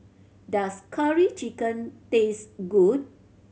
does Curry Chicken taste good